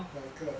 两个